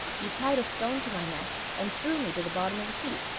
you tied a stone to my neck and threw me to the bottom of the sea.